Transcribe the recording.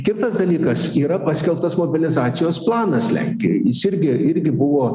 kitas dalykas yra paskelbtas mobilizacijos planas lenkijoj jis irgi irgi buvo